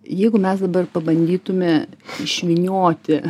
jeigu mes dabar pabandytume išvynioti